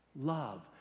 Love